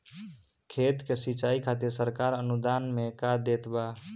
खेत के सिचाई खातिर सरकार अनुदान में का देत बा?